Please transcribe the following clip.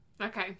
Okay